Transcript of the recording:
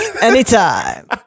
anytime